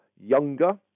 younger